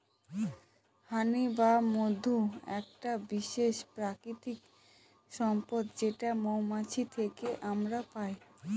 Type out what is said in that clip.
হানি বা মধু একটা বিশেষ প্রাকৃতিক সম্পদ যেটা মৌমাছি থেকে আমরা পাই